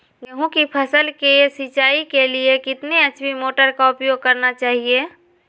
गेंहू की फसल के सिंचाई के लिए कितने एच.पी मोटर का उपयोग करना चाहिए?